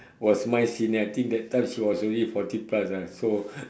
was my senior I think that time she was already forty plus ah so